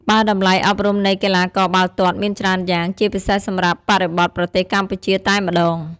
បើតម្លៃអប់រំនៃកីឡាបាល់ទាត់មានច្រើនយ៉ាង ជាពិសេសសម្រាប់បរិបទប្រទេសកម្ពុជាតែម្តង។